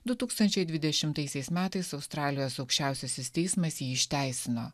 du tūkstančiai dvidešimtaisiais metais australijos aukščiausiasis teismas jį išteisino